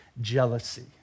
jealousy